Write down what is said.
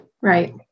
Right